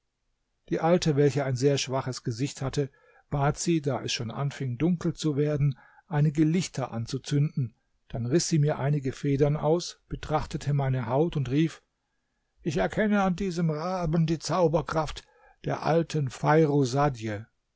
die alte welche ein sehr schwaches gesicht hatte bat sie da es schon anfing dunkel zu werden einige lichter anzuzünden dann riß sie mir einige federn aus betrachtete meine haut und rief ich erkenne an diesem raben die zauberkraft der alten